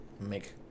Make